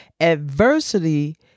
Adversity